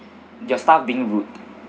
your staff being rude